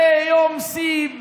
ביום שישי,